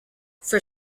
for